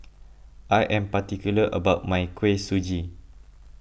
I am particular about my Kuih Suji